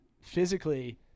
physically